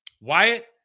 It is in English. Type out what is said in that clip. Wyatt